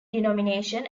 denomination